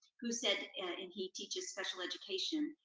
who said, and he teaches special education,